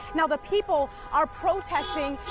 now, the people are protesting